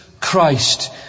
Christ